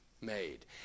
made